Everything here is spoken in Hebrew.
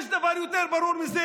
יש דבר יותר ברור מזה?